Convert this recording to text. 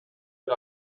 era